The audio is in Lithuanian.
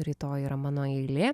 rytoj yra mano eilė